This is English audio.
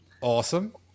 Awesome